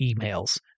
emails